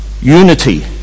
unity